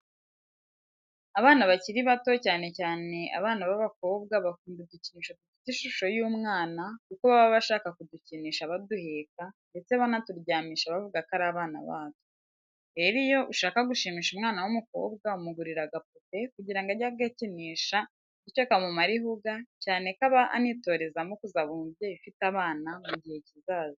Abana bakiri bato cyane cyane, abana b'abakobwa bakunda udukinisho dufite ishusho y'umwana kuko baba bashaka kudukinisha baduheka ndetse bakanaturyamisha bavuga ko ari abana batwo. Rero iyo ushaka gushimisha umwana w'umukobwa umugurira agapupe kugira ngo ajye agakinisha bityo kamumare ihuga cyane ko aba anitorezamo kuzaba umubyeyi ufite abana mu gihe kizaza.